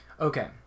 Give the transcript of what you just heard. Okay